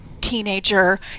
teenager